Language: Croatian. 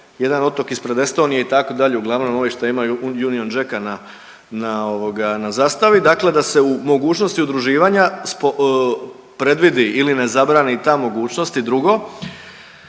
jedan otok ispred Estonije itd., uglavnom ovi što imaju Union Jack-a na, na ovoga na zastavi dakle da se u mogućnosti udruživanja predvidi ili ne zabrani i ta mogućnost. I drugo,